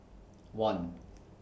one